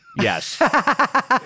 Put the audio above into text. Yes